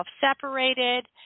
separated